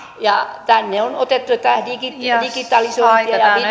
ja tänne on otettu tämä digitalisointi